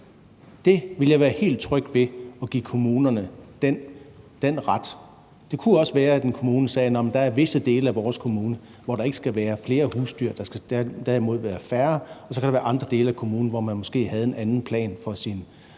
Jeg ville være helt tryg ved at give kommunerne den ret. Det kunne også være, at en kommune sagde: Der er visse dele af vores kommune, hvor der ikke skal være flere husdyr, men derimod færre, og så kan der være andre dele af kommunen, hvor der måske er en anden plan for